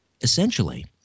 Essentially